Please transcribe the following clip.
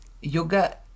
yoga